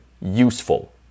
useful